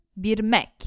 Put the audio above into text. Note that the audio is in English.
Birmek